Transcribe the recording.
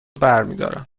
برمیدارم